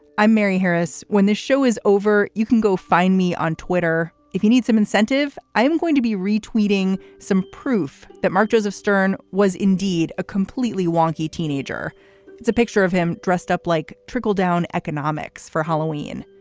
i'm mary harris. when the show is over, you can go find me on twitter if you need some incentive. i'm going to be retweeting some proof that mark joseph stern was indeed a completely wonky teenager it's a picture of him dressed up like trickle down economics for halloween.